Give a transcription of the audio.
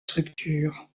structure